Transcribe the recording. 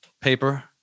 paper